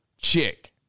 chick